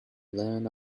learn